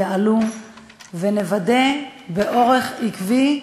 ונוודא באורח עקבי,